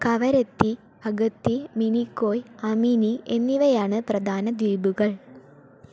കവരത്തി അഗത്തി മിനിക്കോയ് അമിനി എന്നിവയാണ് പ്രധാന ദ്വീപുകൾ